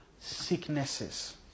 sicknesses